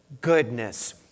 goodness